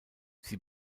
sie